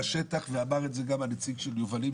בשטח ואמר את זה גם הנציג של יובלים,